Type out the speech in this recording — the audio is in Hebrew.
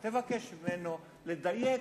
תבקש ממנו לדייק,